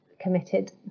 committed